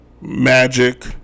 Magic